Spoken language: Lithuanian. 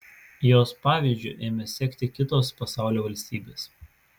jos pavyzdžiu ėmė sekti kitos pasaulio valstybės